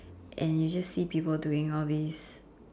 and you just see people doing all these